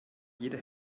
jede